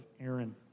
Aaron